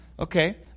Okay